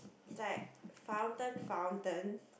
is like fountain fountain